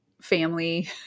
family